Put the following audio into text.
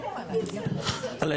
אף אחד?